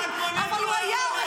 נהג מונית הוא לא יכול